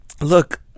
look